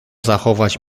zachować